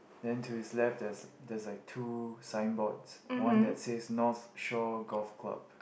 then to his left there's there's like two signboards one that says North Shore Golf Club